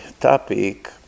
topic